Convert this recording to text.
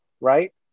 right